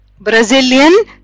Brazilian